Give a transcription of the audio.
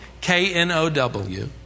K-N-O-W